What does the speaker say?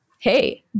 hey